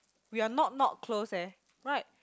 we are not not close eh right